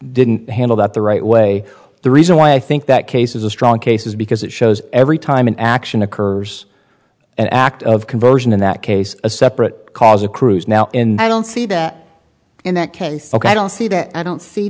didn't handle that the right way the reason why i think that case is a strong case is because it shows every time an action occurs an act of conversion in that case a separate cause accrues now i don't see that in that case ok i don't see that i don't see